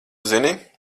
zini